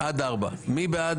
מי בעד